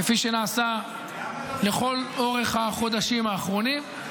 כפי שנעשה לאורך כל החודשים האחרונים.